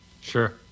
Sure